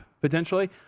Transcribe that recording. potentially